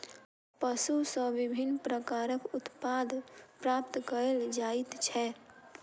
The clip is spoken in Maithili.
पशु सॅ विभिन्न प्रकारक उत्पाद प्राप्त कयल जाइत छै